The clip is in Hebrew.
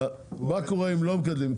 מה קורה אם לא מגדלים.